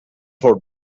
for